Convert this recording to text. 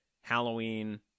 Halloween